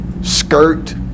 skirt